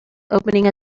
opening